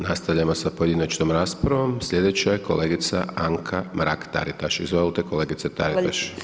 Nastavljamo sa pojedinačnom raspravom, slijedeća je kolegica Anka Mrak Taritaš, izvolite kolegice Taritaš.